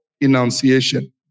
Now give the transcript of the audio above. enunciation